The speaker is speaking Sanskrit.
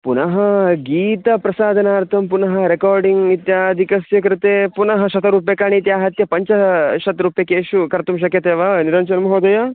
पुनः गीतप्रसादनार्थं पुनः रेकार्डिङ्ग् इत्यादिकस्य कृते पुनः शतरूप्यकाणीत्याहत्य पञ्चाशतरूप्यकेषु कर्तुं शक्यते वा निरञ्जनमहोदय